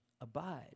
abide